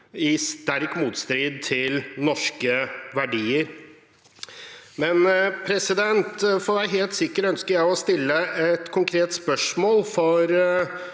i sterk motstrid til norske verdier. For å være helt sikker ønsker jeg å stille et konkret spørsmål.